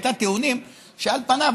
העלתה טיעונים שעל פניו,